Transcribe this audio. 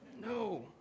no